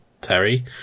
Terry